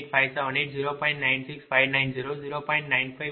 98578 0